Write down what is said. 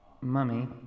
Mummy